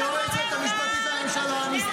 --- היועצת המשפטית לממשלה.